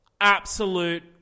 Absolute